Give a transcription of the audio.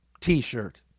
t-shirt